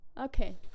Okay